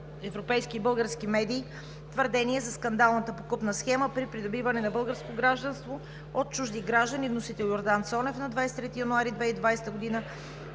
европейски и български медии твърдения за скандалната подкупна схема при придобиване на българско гражданство от чужди граждани. Вносител – Йордан Цонев, 23 януари 2020 г.